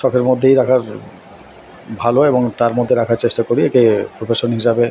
শখের মধ্যেই রাখার ভালো এবং তার মধ্যে রাখার চেষ্টা করি একে প্রফেশন হিসাবে